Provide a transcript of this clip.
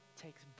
takes